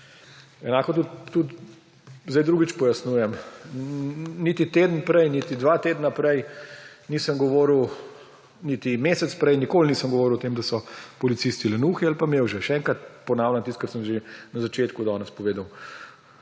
Zdaj drugič pojasnjujem. Niti teden prej, niti dva tedna prej, nisem govoril, niti mesec prej, nikoli nisem govoril o tem, da so policisti lenuhi ali pa mevže. Še enkrat ponavljam tisto, kar sem že na začetku danes povedal.